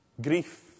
Grief